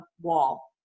wall